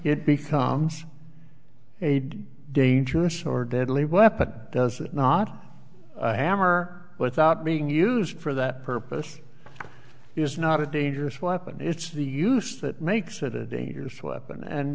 it becomes a dangerous or deadly weapon does it not hammer without being used for that purpose is not a dangerous weapon it's the use that makes it a dangerous weapon and